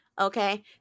Okay